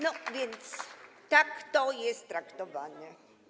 No więc tak to jest traktowane.